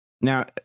Now